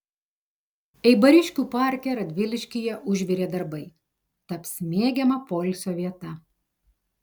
eibariškių parke radviliškyje užvirė darbai taps mėgiama poilsio vieta